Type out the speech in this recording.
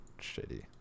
shitty